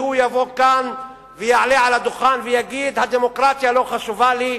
שיבוא ויעלה על הדוכן ויגיד: הדמוקרטיה לא חשובה לי,